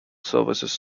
services